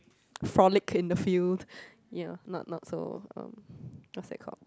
frolic in the field you know not not so um what's that call